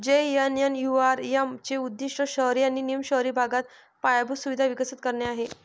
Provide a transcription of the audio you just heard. JNNURM चे उद्दीष्ट शहरी आणि निम शहरी भागात पायाभूत सुविधा विकसित करणे आहे